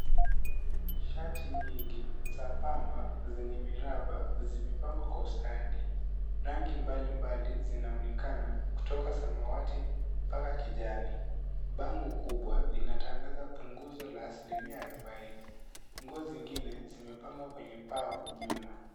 Shati nyingi za pamba zenye miraba zimepangwa kwa ustadi. Rangi mbalimbali zinaonekana kutoka samawatii mpaka kijani. Bango kubwa linatangaza punguzo la asilimia arobaini. Nguo zingine zimepangwa kwenye pau nyuma.